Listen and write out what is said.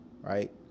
right